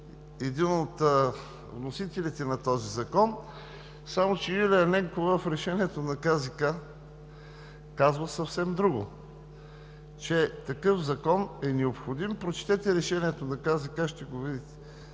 един от вносителите на този закон, само че Юлия Ненкова в решението на КЗК казва съвсем друго, че такъв закон е необходимо… Прочетете Решението на КЗК и ще го видите,